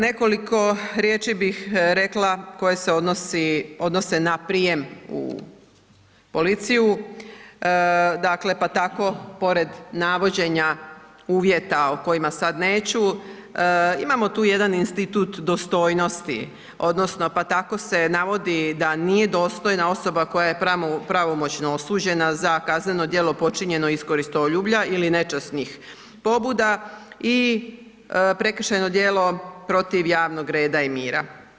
Nekoliko riječi bih rekla koje se odnose na prijem u policiju dakle pa tako pored navođenja uvjeta o kojima sad neću, imamo tu jedan institut dostojnosti odnosno pa tako se navodi da nije dostojna osoba koja je pravomoćno osuđena za kazneno djelo počinjeno iz koristoljublja ili nečasnih pobuda i prekršajno djelo protiv javnog reda i mira.